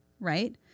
right